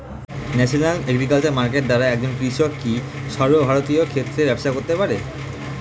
National agriculture market দ্বারা একজন কৃষক কি সর্বভারতীয় ক্ষেত্রে ব্যবসা করতে পারে?